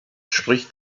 spricht